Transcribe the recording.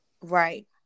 Right